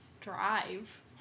drive